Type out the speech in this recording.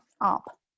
up